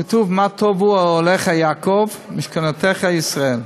כתוב: "מה טבו אהליך יעקב משכנתיך ישראל".